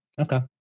okay